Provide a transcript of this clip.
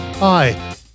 Hi